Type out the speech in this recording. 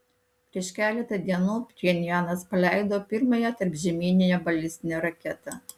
prieš keletą dienų pchenjanas paleido pirmąją tarpžemyninę balistinę raketą